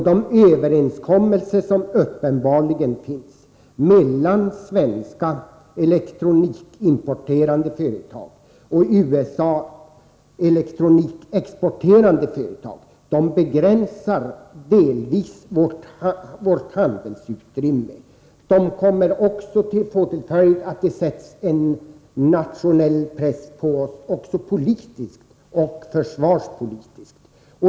De överenskommelser som uppenbarligen finns mellan svenska elektronikimporterande företag och elektronikexporterande företag i USA begränsar delvis vårt handlingsutrymme. De kommer också att få till följd att det sätts en nationell press på oss politiskt, även försvarspolitiskt.